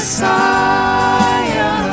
Messiah